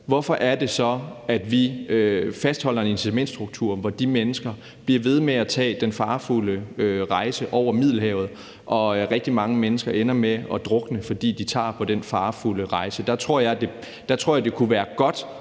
hvorfor er det så, at vi fastholder en incitamentstruktur, hvor de mennesker bliver ved med at tage den farefulde rejse over Middelhavet? Rigtig mange mennesker ender med at drukne, fordi de tager på den farefulde rejse. Der tror jeg, det kunne være godt